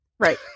Right